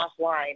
offline